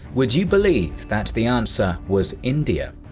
would you believe that the answer was india?